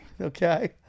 Okay